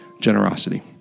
generosity